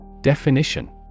Definition